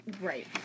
Right